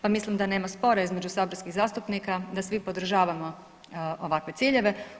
Pa mislim da nema spora između saborskih zastupnika da svi podržavamo ovakve ciljeve.